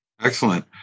Excellent